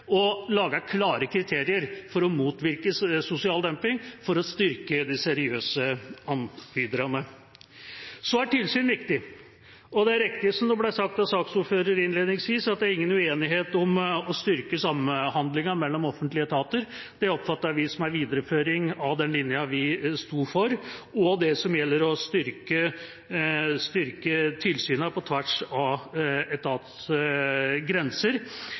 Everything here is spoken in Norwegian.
og laget klare kriterier for å motvirke sosial dumping og for å styrke de seriøse anbyderne. Så er tilsyn viktig. Det er riktig, som det ble sagt fra saksordføreren innledningsvis, at det er ingen uenighet om å styrke samhandlinga mellom offentlige etater. Det oppfatter vi som en videreføring av den linja vi sto for, og det som gjelder å styrke tilsyna på tvers av